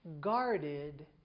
guarded